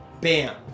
Bam